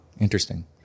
Interesting